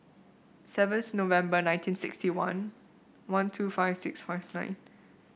seven November nineteen sixty one one two five six five nine